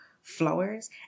flowers